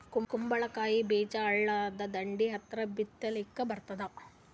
ಕುಂಬಳಕಾಯಿ ಬೀಜ ಹಳ್ಳದ ದಂಡಿ ಹತ್ರಾ ಬಿತ್ಲಿಕ ಬರತಾದ?